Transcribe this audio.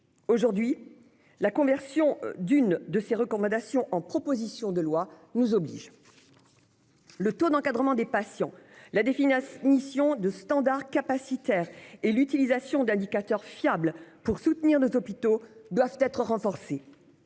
Aujourd'hui, la conversion d'une de ces recommandations en proposition de loi nous oblige. Le taux d'encadrement des patients, la définition de standards capacitaires et l'utilisation d'indicateurs fiables pour soutenir nos hôpitaux doivent être renforcés.